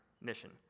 mission